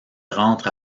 rentre